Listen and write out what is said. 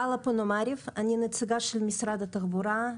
אני נציגה של משרד התחבורה,